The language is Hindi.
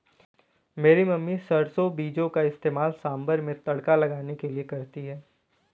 मेरी मम्मी सरसों बीजों का इस्तेमाल सांभर में तड़का लगाने के लिए करती है